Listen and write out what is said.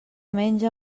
menja